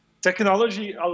Technology